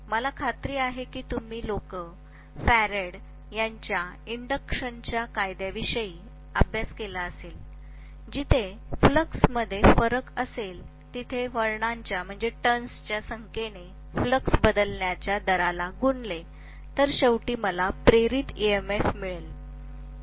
मला खात्री आहे की तुम्ही लोक फॅरॅडे यांच्या इंडक्क्षणच्या कायद्याविषयी अभ्यास केला असेल जिथे फ्लक्समध्ये फरक असेल तिथे वळणांच्या संख्येने फ्लक्स बदलण्याचा दराला गुनले तर शेवटी मला प्रेरित EMF मिळेल